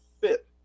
fit